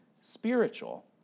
spiritual